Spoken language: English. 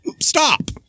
stop